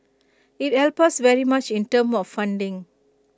IT helps us very much in terms of funding